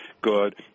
good